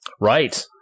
Right